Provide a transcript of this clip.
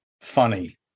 funny